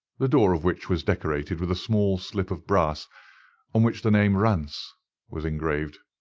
the door of which was decorated with a small slip of brass on which the name rance was engraved.